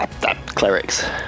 Clerics